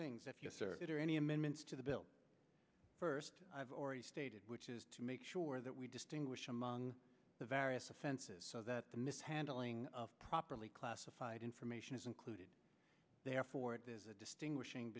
things that are any amendments to the bill first i've already stated which is to make sure that we distinguish among the various offenses that the mishandling of properly classified information is included therefore it is a distinguishing